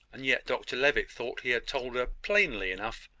and yet dr levitt thought he had told her, plainly enough,